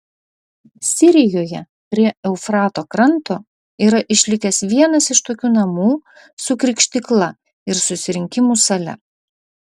sirijoje prie eufrato kranto yra išlikęs vienas iš tokių namų su krikštykla ir susirinkimų sale